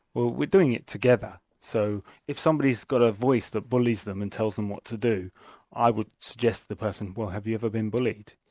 well we're doing it together, so if somebody's got a voice that bullies them and tells them what to do i would suggest to the person, well have you ever been bullied,